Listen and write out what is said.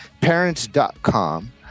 parents.com